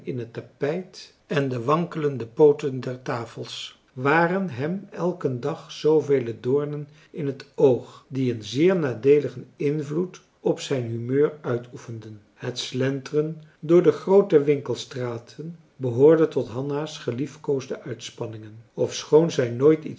het tapijt en de wankelende pooten der tafels waren hem elken dag zoovele doornen in het oog die een zeer nadeeligen invloed op zijn humeur uitoefenden het slenteren door de groote winkelstraten behoorde tot hanna's geliefkoosde uitspanningen ofschoon zij nooit